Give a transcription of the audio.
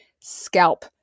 scalp